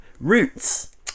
Roots